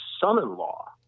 son-in-law